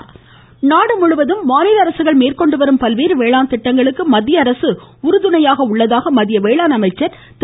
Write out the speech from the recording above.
தோமர் நாடுமுழுவதும் மாநில அரசுகள் மேற்கொண்டு வரும் பல்வேறு வேளாண் திட்டங்களுக்கு மத்திய அரசு உறுதுணையாக உள்ளதாக மத்திய வேளாண் அமைச்சர் திரு